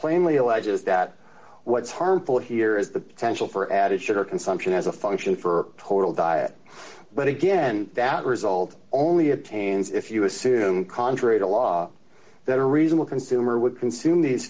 plainly alleges that what's harmful here is the potential for added sugar consumption as a function for total diet but again that result only obtains if you assume contrary to law that a reasonable consumer would consume these